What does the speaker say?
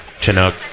Chinook